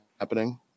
happening